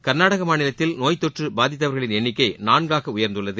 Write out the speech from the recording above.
கர்நாடக மாநிலத்தில் நோய் தொற்று பாதித்தவர்களின் எண்ணிக்கை நான்காக உயர்ந்துள்ளது